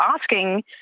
asking